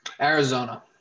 Arizona